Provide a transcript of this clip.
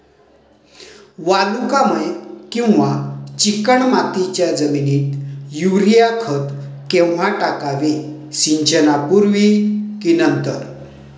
वालुकामय किंवा चिकणमातीच्या जमिनीत युरिया खत केव्हा टाकावे, सिंचनापूर्वी की नंतर?